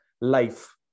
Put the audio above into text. life